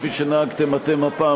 כפי שנהגתם אתם הפעם,